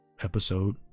episode